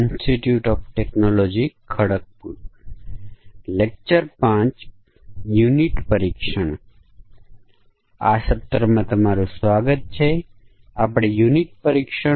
એમ કહીને કે આ બ્લેક બોક્સ પરીક્ષણ છે બ્લેક બોક્સ પરીક્ષણ માટે બે વ્યૂહરચનાઓ ખૂબ જ લોકપ્રિય વ્યૂહરચનાઓ છે સમાનતા ક્લાસ અને બાઉન્ડ્રી મૂલ્ય પરીક્ષણ